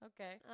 Okay